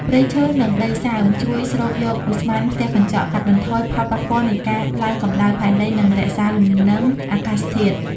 ព្រៃឈើ និងដីសើម ជួយស្រូបយកឧស្ម័នផ្ទះកញ្ចក់ កាត់បន្ថយផលប៉ះពាល់នៃការឡើងកំដៅផែនដី និងរក្សាលំនឹងអាកាសធាតុ។